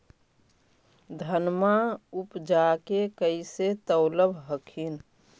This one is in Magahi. धनमा उपजाके कैसे तौलब हखिन?